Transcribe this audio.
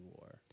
War